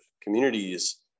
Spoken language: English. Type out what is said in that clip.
communities